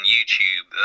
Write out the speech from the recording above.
YouTube